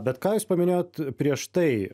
bet ką jūs paminėjot prieš tai